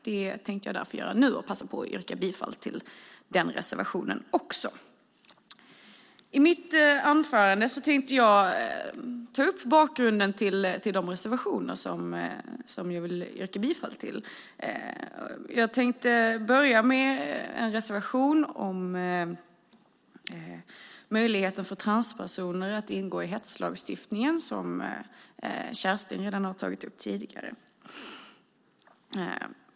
Jag passar därför på att yrka bifall även till denna reservation. Jag ska ta upp bakgrunden till några av våra reservationer. Jag börjar med möjligheten för transpersoner att ingå i hetslagstiftningen, vilket Kerstin nyss tog upp.